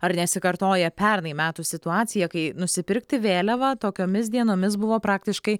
ar nesikartoja pernai metų situacija kai nusipirkti vėliavą tokiomis dienomis buvo praktiškai